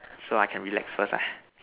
so I can relax first ah